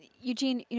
eugene, yeah